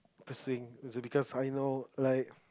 is it because I know like